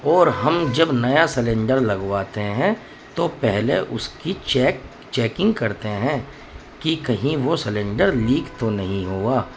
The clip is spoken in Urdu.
اور ہم جب نیا سلینڈر لگواتے ہیں تو پہلے اس کی چیک چیکنگ کرتے ہیں کہ کہیں وہ سلینڈر لیک تو نہیں ہوا